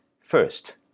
First